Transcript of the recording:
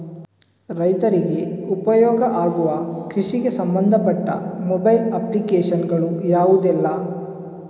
ರೈತರಿಗೆ ಉಪಯೋಗ ಆಗುವ ಕೃಷಿಗೆ ಸಂಬಂಧಪಟ್ಟ ಮೊಬೈಲ್ ಅಪ್ಲಿಕೇಶನ್ ಗಳು ಯಾವುದೆಲ್ಲ?